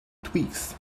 tweaks